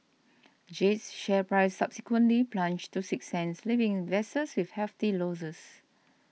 jade's share price subsequently plunged to six cents leaving investors with hefty losses